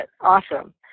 awesome